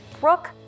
Brooke